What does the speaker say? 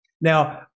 Now